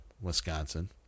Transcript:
Wisconsin